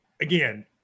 again